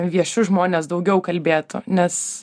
vieši žmonės daugiau kalbėtų nes